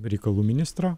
reikalų ministrą